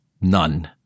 none